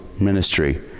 ministry